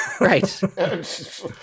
Right